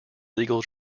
legal